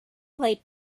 played